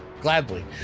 Gladly